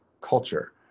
culture